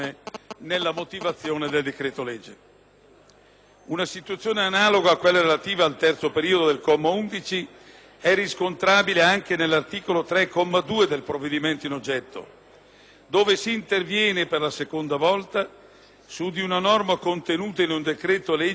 Una situazione analoga a quella relativa al terzo periodo del comma 11 dell'articolo 1 è riscontrabile anche all'articolo 3, comma 2, del provvedimento in oggetto, dove si interviene per la seconda volta su di una norma contenuta in un decreto-legge in corso di conversione da parte del Parlamento.